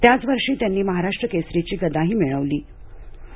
त्याच वर्षी त्यांनी महाराष्ट्र केसरीची गदाही मिळवली होती